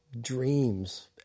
Dreams